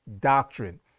doctrine